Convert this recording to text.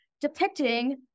depicting